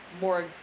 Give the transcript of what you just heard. more